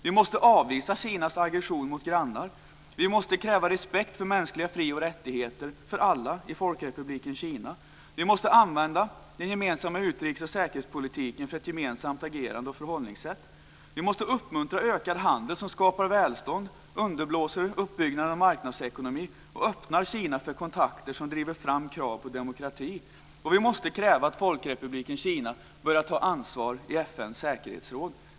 Vi måste avvisa Kinas aggression mot grannar. Vi måste kräva respekt för mänskliga fri och rättigheter för alla i Folkrepubliken Kina. Vi måste använda den gemensamma utrikes och säkerhetspolitiken för ett gemensamt agerande och förhållningssätt. Vi måste uppmuntra ökad handel, som skapar välstånd, underblåser uppbyggnaden av marknadsekonomi och öppnar Kina för kontakter som driver fram krav på demokrati. Vi måste också kräva att Folkrepubliken Kina börjar ta ansvar i FN:s säkerhetsråd.